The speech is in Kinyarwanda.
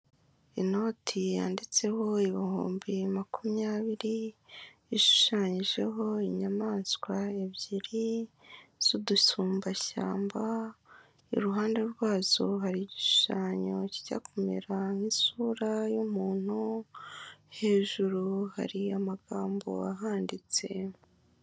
Inoti yanditseho ibihumbi makumyabiri, ishushanyijeho inyamaswa ebyiri z'udusumbashyamba, iruhande rwazo hari igishushanyo kijya kumera nk'isura y'umuntu, hejuru hari amagambo ahanditse.